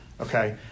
Okay